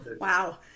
Wow